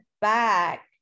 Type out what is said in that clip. back